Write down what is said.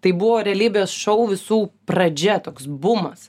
tai buvo realybės šou visų pradžia toks bumas